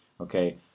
Okay